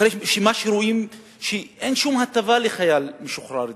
אחרי שרואים שאין שום הטבה לחייל משוחרר דרוזי,